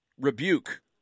Rebuke